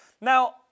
Now